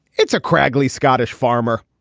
it's a craggy scottish farmer.